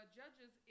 judges